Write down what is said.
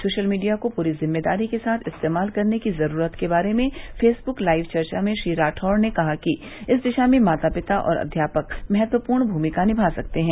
social media को पूरी ज़िम्मेदारी के साथ इस्तेमाल करने की ज़रूरत के बारे में फेसबुक लाइव चर्चा में श्री राठौड़ ने कहा कि इस दिशा में माता पिता और अव्यापक महत्वपूर्ण भूमिका निभा सकते हैं